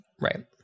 Right